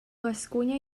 gascunya